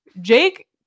Jake